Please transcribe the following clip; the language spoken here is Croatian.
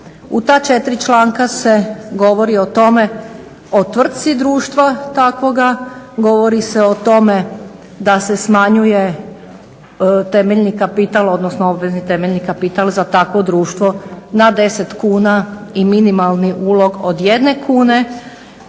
U ta četiri članka se govori o tvrtci društva takvoga, govori se o tome da se smanjuje temeljni kapital, odnosno obvezni temeljni kapital za takvo društvo na 10 kuna i minimalni ulog od 1 kune,